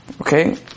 Okay